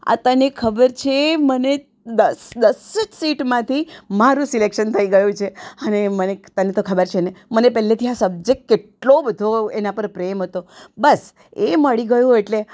આ તને ખબર છે મને દસ દસ જ સીટમાંથી મારું સિલેક્શન થઈ ગયું છે અને મને તને તો ખબર જ છે ને મને પહેલેથી આ સબ્જેક્ટ કેટલો બધો એના પર પ્રેમ હતો બસ એ મળી ગયો એટલે